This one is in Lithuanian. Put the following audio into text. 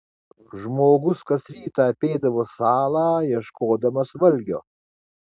žmogus kas rytą apeidavo salą ieškodamas valgio